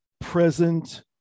present